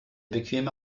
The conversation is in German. bequeme